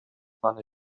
гана